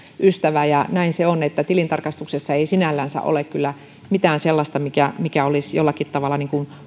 ystävä näin se on että tilintarkastuksessa ei sinällänsä ole kyllä mitään sellaista mikä mikä olisi jollakin tavalla